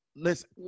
Listen